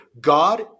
God